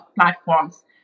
platforms